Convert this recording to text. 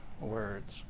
words